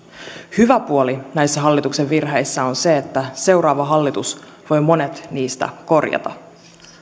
hyvä puoli näissä hallituksen virheissä on se että seuraava hallitus voi monet niistä korjata